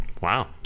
wow